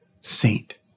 saint